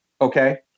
okay